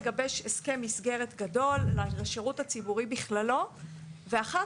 לגבש הסכם מסגרת גדול לשירות הציבורי בכללו ואחר